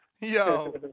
Yo